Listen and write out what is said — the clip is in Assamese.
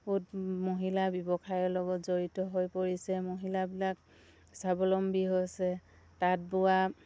বহুত মহিলা ব্যৱসায়ৰ লগত জড়িত হৈ পৰিছে মহিলাবিলাক স্বাৱলম্বী হৈছে তাঁত বোৱা